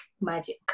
magic